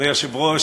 אדוני היושב-ראש,